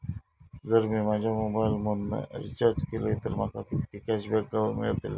जर मी माझ्या मोबाईल मधन रिचार्ज केलय तर माका कितके कॅशबॅक मेळतले?